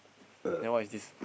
then what is this